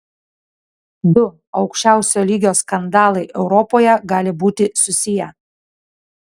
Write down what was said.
du aukščiausio lygio skandalai europoje gali būti susiję